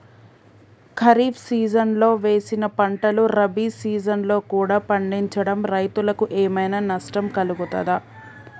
ఖరీఫ్ సీజన్లో వేసిన పంటలు రబీ సీజన్లో కూడా పండించడం రైతులకు ఏమైనా నష్టం కలుగుతదా?